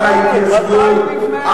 על ההתיישבות.